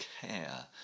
care